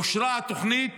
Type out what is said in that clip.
אושרה התוכנית